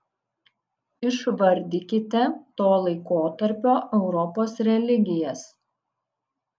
išvardykite to laikotarpio europos religijas